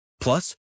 Plus